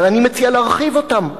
אבל אני מציע להרחיב אותם.